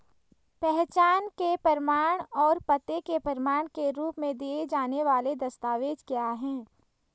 पहचान के प्रमाण और पते के प्रमाण के रूप में दिए जाने वाले दस्तावेज क्या हैं?